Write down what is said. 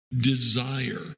desire